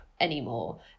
anymore